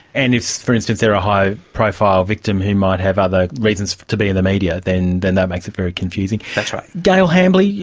and if, for instance, they are a high profile victim who might have other reasons to be in the media, then then that makes it very confusing. that's right. gail hambly, yeah